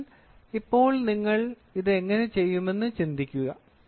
അതിനാൽ ഇപ്പോൾ നിങ്ങൾ ഇത് എങ്ങനെ ചെയ്യുമെന്ന് ചിന്തിക്കുക